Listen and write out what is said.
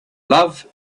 love